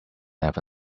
never